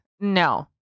No